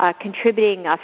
contributing